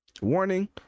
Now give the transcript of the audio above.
warning